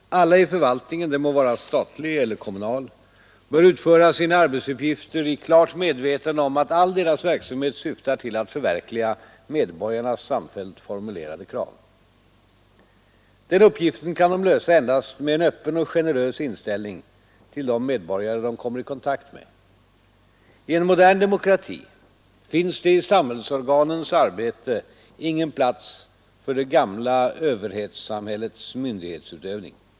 Alla i förvaltningen — den må vara statlig eller kommunal bör utföra sina arbetsuppgifter i klart medvetande om att all deras verksamhet syftar till att förverkliga medborgarnas samfällt formulerade krav. myndigheterna som de särskilda rationaliseringsorganen att utmönstra onödiga blanketter och bestämmelser för att underlätta den offentliga Den uppgiften kan de lösa endast med en öppen och generös inställning till de medborgare de kommer i kontakt med. I en modern demokrati finns det i samhällsorganens arbete ingen plats för det gamla överhetssamhällets myndighetsutövning.